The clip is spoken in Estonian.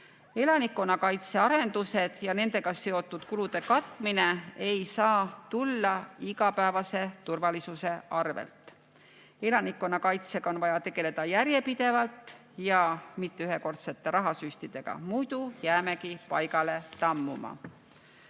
Elanikkonnakaitse arendused ja nendega seotud kulude katmine ei saa tulla igapäevase turvalisuse arvelt. Elanikkonnakaitsega on vaja tegeleda järjepidevalt, mitte ühekordsete rahasüstidega, muidu jäämegi paigale tammuma.